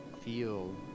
feel